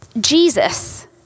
Jesus